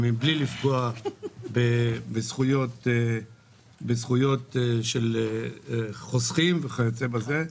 ומבלי לפגוע בזכויות של החוסכים וכיוצא בזה.